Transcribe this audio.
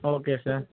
okay sir